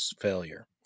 failure